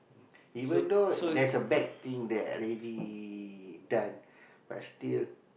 even though there's a bad thing that I already done but still